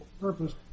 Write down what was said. purpose